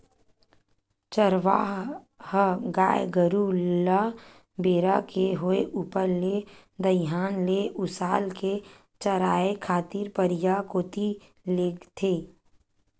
चरवाहा ह गाय गरु ल बेरा के होय ऊपर ले दईहान ले उसाल के चराए खातिर परिया कोती लेगथे